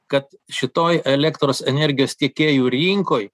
kad šitoj elektros energijos tiekėjų rinkoj